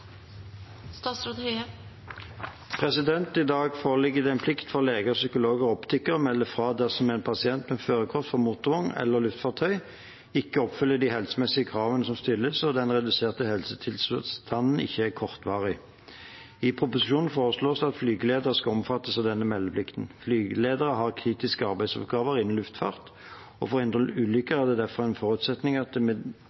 I dag foreligger det en plikt for leger, psykologer og optikere å melde fra dersom en pasient med førerkort for motorvogn eller luftfartøy ikke oppfyller de helsemessige kravene som stilles, og den reduserte helsetilstanden ikke er kortvarig. I proposisjonen foreslås det at flygeledere skal omfattes av denne meldeplikten. Flygeledere har kritiske arbeidsoppgaver innen luftfarten, og for å hindre ulykker